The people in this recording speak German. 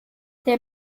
der